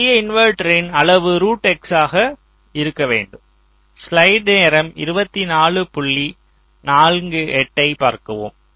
பெரிய இன்வெர்ட்டரின் அளவு ஆக இருக்க வேண்டும்